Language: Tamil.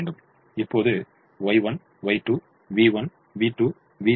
இப்போது Y1 Y2 v1 v2 v3 ≥ 0